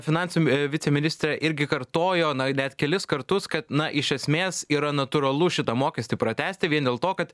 finansų viceministrė irgi kartojo net kelis kartus kad na iš esmės yra natūralu šitą mokestį pratęsti vien dėl to kad